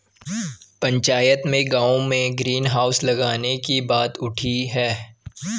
पंचायत में गांव में ग्रीन हाउस लगाने की बात उठी हैं